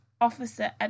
Officer